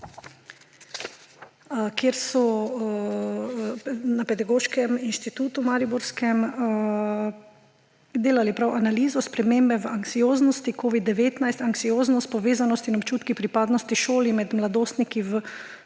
mariborskem Pedagoškem inštitutu delali prav analizo spremembe v anksioznosti, covid-19, anksioznost, povezanosti in občutki pripadnosti šoli med mladostniki v